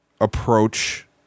approach